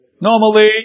Normally